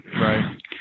right